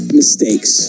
mistakes